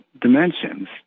dimensions